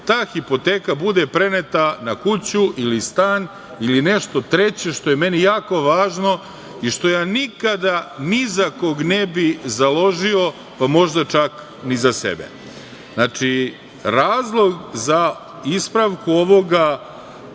ta hipoteka bude preneta na kuću, ili stan ili nešto treće što je meni jako važno i što ja nikada ni za koga ne bi založio, pa možda čak ni za sebe. Znači, razlog za ispravku ovoga